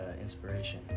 inspiration